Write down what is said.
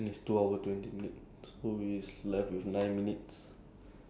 wait it's two I I heard I heard them said two hour twenty minute